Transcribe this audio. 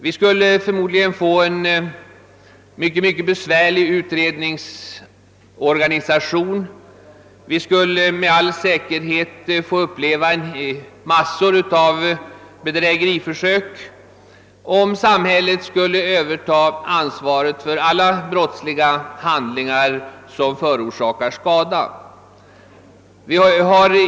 Vi skulle förmodligen få en mycket omfattande utredningsorganisation och med all säkerhet få uppleva massor av bedrägeriförsök i en sådan situation.